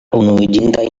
unuiĝintaj